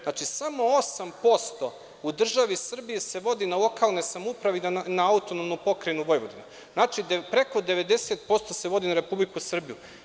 Znači, samo 8% u državi Srbiji se vodi na lokalne samouprave i na AP Vojvodinu, što znači da se preko 90% vodi na Republiku Srbiju.